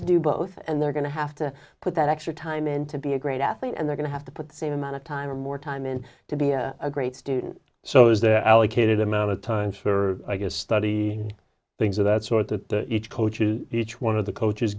to do both and they're going to have to put that extra time in to be a great athlete and they're gonna have to put the same amount of time or more time in to be a great student so is allocated amount of times for i guess study and things of that sort that each coach each one of the coaches